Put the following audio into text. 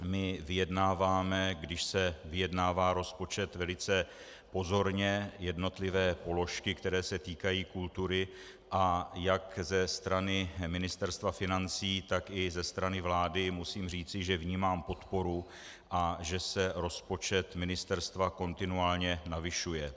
My vyjednáváme, když se vyjednává rozpočet, velice pozorně jednotlivé položky, které se týkají kultury, a jak ze strany Ministerstva financí, tak i ze strany vlády musím říci, že vnímám podporu a že se rozpočet ministerstva kontinuálně navyšuje.